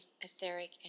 etheric